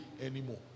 anymore